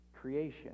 creation